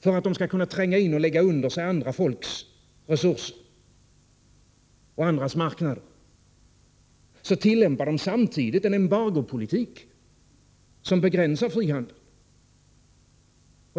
för att kunna tränga in och lägga under sig andra folks resurser och marknader, tillämpar de en embargopolitik, som begränsar frihandeln.